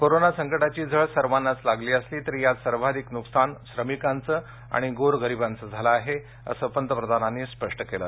corona संकटाची झळ सर्वांनाच लागली असली तरी यात सर्वाधिक नुकसान श्रमिकांचं आणि गोरगरिबांचं झालं आहे असं पंतप्रधानांनी स्पष्ट केलं